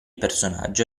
personaggio